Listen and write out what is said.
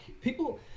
People